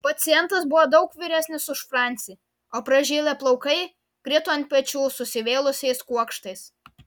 pacientas buvo daug vyresnis už francį o pražilę plaukai krito ant pečių susivėlusiais kuokštais